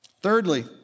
Thirdly